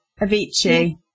Avicii